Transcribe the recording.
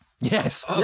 Yes